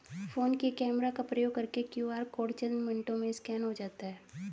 phone के camera का प्रयोग करके क्यू.आर कोड चंद मिनटों में स्कैन हो जाता है